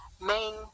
main